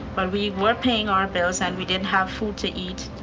but we were paying our bills and we did have food to eat,